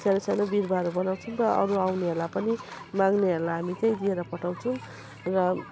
सानो सानो बिरुवाहरू बनाउँछौँ र अरू आउनेहरूलाई पनि माग्नेहरूलाई हामी त्यही दिएर पठाउँछौँ र